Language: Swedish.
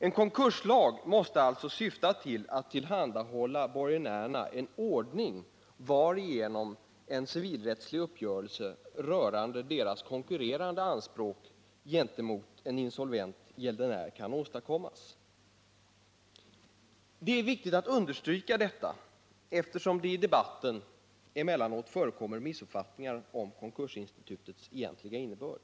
En konkurslag måste alltså syfta till att tillhandahålla borgenärerna en ordning varigenom en civilrättslig uppgörelse rörande deras konkurrerande anspråk gentemot en insolvent gäldenär kan åstadkommas. Det är viktigt att understryka detta, eftersom det i debatten emellanåt förekommer missuppfattningar om konkursinstitutets egentliga innebörd.